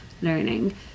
learning